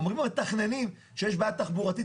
אומרים המתכננים שיש בעיה תחבורתית,